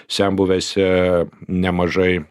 senbuvėse nemažai